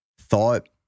thought